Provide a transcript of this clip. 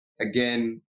Again